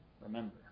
remember